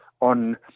on